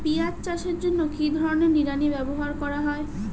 পিঁয়াজ চাষের জন্য কি ধরনের নিড়ানি ব্যবহার করা হয়?